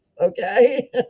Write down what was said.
okay